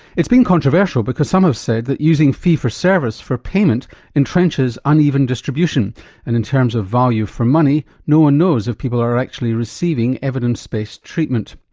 it's been controversial because some have said that using fee for service for payment entrenches uneven distribution and in terms of value for money, no one knows if people are actually receiving evidenced based treatment.